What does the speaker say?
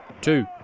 two